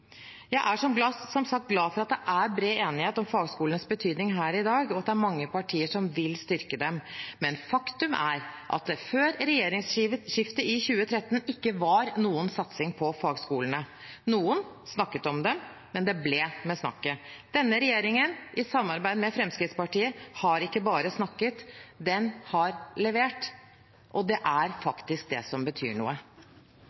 Jeg er som sagt glad for at det er bred enighet om fagskolenes betydning her i dag, og at det er mange partier som vil styrke dem. Men faktum er at det før regjeringsskiftet i 2013 ikke var noen satsing på fagskolene. Noen snakket om dem, men det ble med snakket. Denne regjeringen, i samarbeid med Fremskrittspartiet, har ikke bare snakket – den har levert. Det er